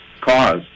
cause